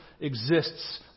exists